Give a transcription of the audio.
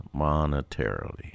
monetarily